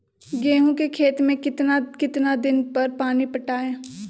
गेंहू के खेत मे कितना कितना दिन पर पानी पटाये?